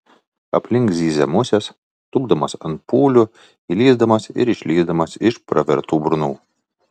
aplink zyzė musės tūpdamos ant pūlių įlįsdamos ir išlįsdamos iš pravertų burnų